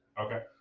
Okay